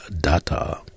data